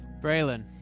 Braylon